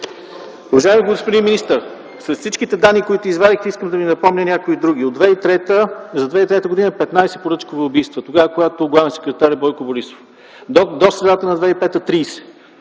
Уважаеми господин министър, след всички данни, които извадихте, искам да Ви напомня и някои други. За 2003 г. – 15 поръчкови убийства. Тогава, когато главен секретар е Бойко Борисов. До средата на 2005 г.